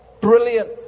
Brilliant